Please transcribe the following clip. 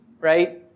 right